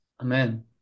Amen